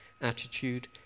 Attitude